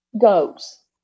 goes